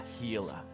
healer